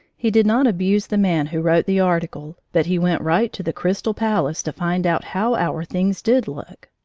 he did not abuse the man who wrote the article, but he went right to the crystal palace to find out how our things did look.